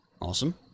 awesome